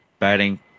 batting